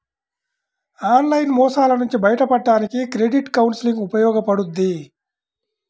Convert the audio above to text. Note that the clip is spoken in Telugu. ఆన్లైన్ మోసాల నుంచి బయటపడడానికి క్రెడిట్ కౌన్సిలింగ్ ఉపయోగపడుద్ది